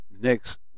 next